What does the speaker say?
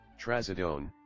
Trazodone